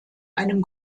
einem